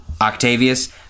Octavius